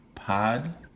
pod